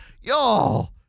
Y'all